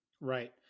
Right